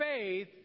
faith